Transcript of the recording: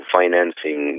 financing